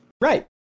Right